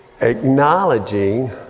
acknowledging